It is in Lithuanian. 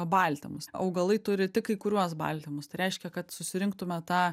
baltymus augalai turi tik kai kuriuos baltymus tai reiškia kad susirinktume tą